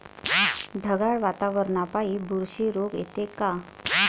ढगाळ वातावरनापाई बुरशी रोग येते का?